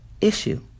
issue